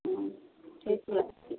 हाँ ठीक बात करी